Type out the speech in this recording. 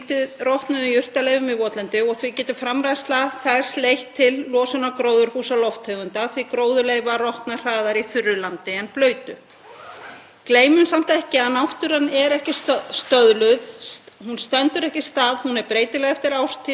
Gleymum samt ekki að náttúran er ekki stöðluð, hún stendur ekki í stað. Hún er breytileg eftir árstíðum, breytingar verða í áranna rás og þannig tekst náttúrunni stundum sjálfri að endurheimta votlendi þótt skurður hafi einhvern tímann verið grafinn.